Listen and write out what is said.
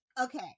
Okay